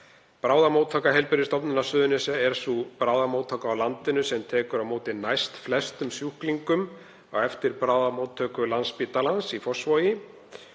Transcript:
Bráðamóttaka Heilbrigðisstofnunar Suðurnesja er sú bráðamóttaka á landinu sem tekur á móti næstflestum sjúklingum á eftir bráðamóttöku Landspítalans í Fossvogi.